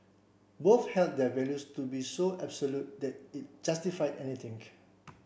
both held their values to be so absolute that it justified